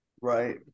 Right